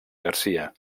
garcia